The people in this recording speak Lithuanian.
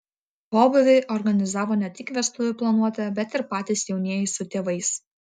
pobūvį organizavo ne tik vestuvių planuotoja bet ir patys jaunieji su tėvais